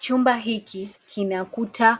Chumba hiki kinakuta